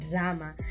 drama